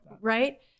right